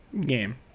game